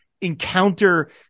encounter